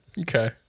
Okay